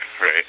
right